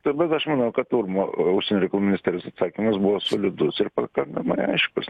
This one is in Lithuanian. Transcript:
taip pat aš manau kad urmo užsienio reikalų ministerijos atsakymas buvo solidus ir pakankamai aiškus